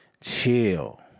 chill